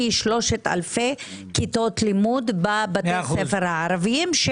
כ-3,000 כיתות לימוד בבתי הספר הערביים?